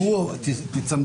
בבקשה, אדוני היועץ המשפטי.